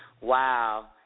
Wow